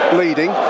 leading